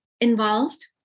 involved